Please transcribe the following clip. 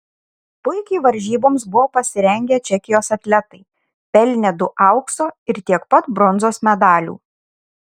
puikiai varžyboms buvo pasirengę čekijos atletai pelnė du aukso ir tiek pat bronzos medalių